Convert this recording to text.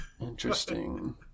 Interesting